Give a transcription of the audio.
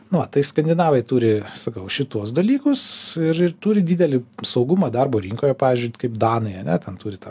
nu va tai skandinavai turi sakau šituos dalykus ir ir turi didelį saugumą darbo rinkoje pavyzdžiui kaip danai ane ten turi tą